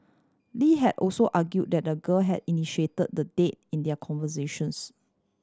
Lee had also argued that the girl had initiated the date in their conversations